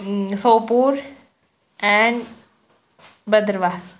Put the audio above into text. Sopore and Bhaderwah